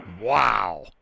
Wow